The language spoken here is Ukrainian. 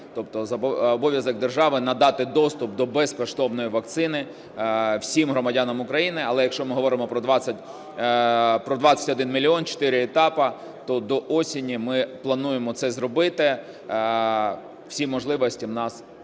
Тобто обов'язок держави – надати доступ до безкоштовної вакцини всім громадянам України. Але, якщо ми говоримо про 21 мільйон, чотири етапи, то до осені ми плануємо це зробити. Всі можливості у нас